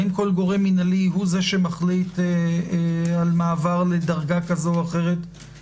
האם כל גורם מינהלי הוא זה שמחליט על מעבר לדרגה כזו או אחרת?